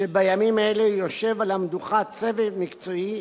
שבימים אלה יושב על המדוכה צוות מקצועי